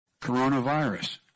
Coronavirus